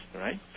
right